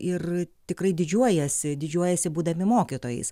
ir tikrai didžiuojasi didžiuojasi būdami mokytojais